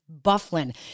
Bufflin